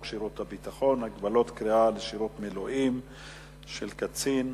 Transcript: שירות ביטחון (הגבלות קריאה לשירות מילואים של קצין,